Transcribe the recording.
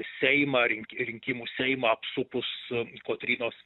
seimą rink rinkimų seimą apsupus kotrynos